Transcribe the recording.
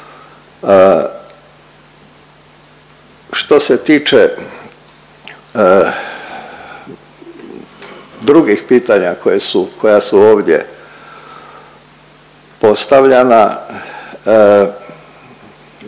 Što se tiče drugih pitanja koje su, koja su ovdje postavljana,